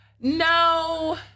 No